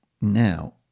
now